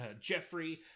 Jeffrey